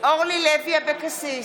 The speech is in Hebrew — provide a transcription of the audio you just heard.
אורלי לוי אבקסיס,